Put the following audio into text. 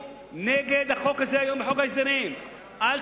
המעניין הוא גם שכתוב בחוק שגם פנייה לבית-משפט